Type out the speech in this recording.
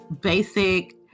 basic